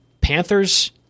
Panthers